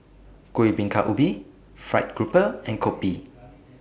Kuih Bingka Ubi Fried Grouper and Kopi